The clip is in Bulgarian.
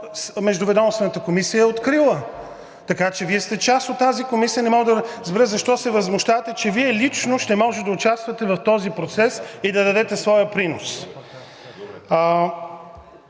Междуведомствената комисия е открила. Така че Вие сте част от тази комисия и не мога да разбера защо се възмущавате, че Вие лично ще можете да участвате в този процес и да дадете своя принос.